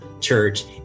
Church